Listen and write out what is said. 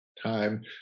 time